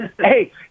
Hey